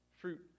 fruit